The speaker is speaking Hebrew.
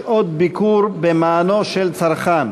שעות ביקור במענו של צרכן),